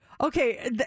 Okay